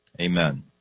Amen